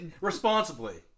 Responsibly